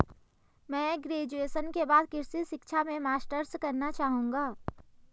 मैं ग्रेजुएशन के बाद कृषि शिक्षा में मास्टर्स करना चाहूंगा